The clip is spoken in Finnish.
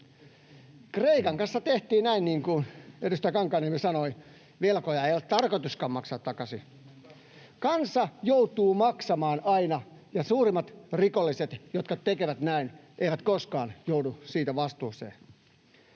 Kreikan kanssa tehtiin näin, niin kuin edustaja Kankaanniemi sanoi: velkoja ei ole tarkoituskaan maksaa takaisin. Kansa joutuu maksamaan aina, ja suurimmat rikolliset, jotka tekevät näin, eivät koskaan joudu siitä vastuuseen.